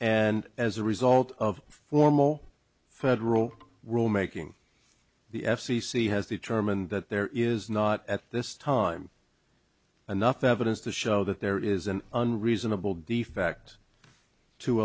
and as a result of formal federal rule making the f c c has determined that there is not at this time enough evidence to show that there is an unreasonable defect to